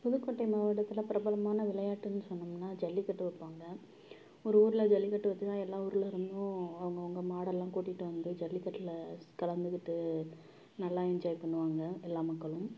புதுக்கோட்டை மாவட்டத்தில் பிரபலமான விளையாட்டுன்னு சொன்னோம்னால் ஜல்லிக்கட்டு வைப்பாங்க ஒரு ஊரில் ஜல்லிக்கட்டு வச்சனால் எல்லா ஊரில் இருந்தும் அவங்கவுங்க மாடெல்லாம் கூட்டிகிட்டு வந்து ஜல்லிக்கட்டில் கலந்துக்கிட்டு நல்லா என்ஜாய் பண்ணுவாங்க எல்லா மக்களும்